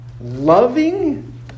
loving